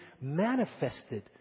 manifested